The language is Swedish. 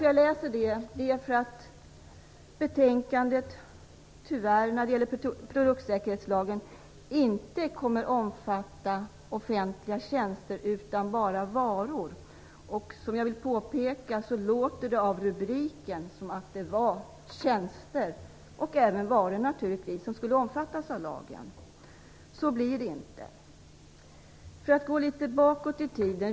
Jag läser det därför att betänkandet vad gäller produktsäkerhetslagen tyvärr inte kommer att omfatta offentliga tjänster utan bara varor. Det låter av rubriken att döma som att både tjänster och varor skulle omfattas av lagen. Så blir det inte.